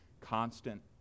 constant